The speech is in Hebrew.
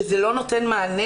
שזה לא נותן מענה.